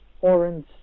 orange